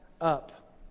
up